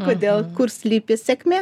kodėl kur slypi sėkmė